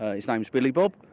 his name is billy bob.